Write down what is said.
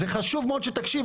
זה חשוב מאוד שתקשיב,